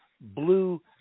blue